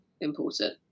important